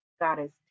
Goddess